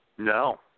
No